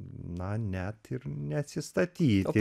na net ir neatsistatyti